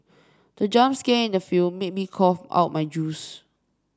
the jump scare in the film made me cough out my juice